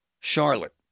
Charlotte